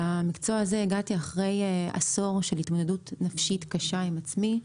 למקצוע הזה הגעתי אחרי עשור של התמודדות נפשית קשה עם עצמי.